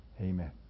Amen